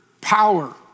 power